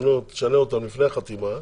תשנה אותן לפני החתימה,